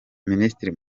minisitiri